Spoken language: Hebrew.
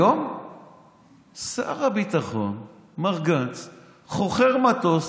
היום שר הביטחון מר גנץ חוכר מטוס,